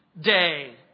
day